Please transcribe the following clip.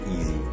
easy